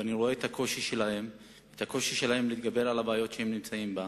ואני רואה את הקושי שלהן להתגבר על הבעיות שהן נמצאות בהן.